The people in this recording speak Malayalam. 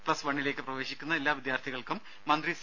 പ്ലസ് വണ്ണിലേക്ക് പ്രവേശിക്കുന്ന എല്ലാ വിദ്യാർത്ഥികൾക്കും മന്ത്രി സി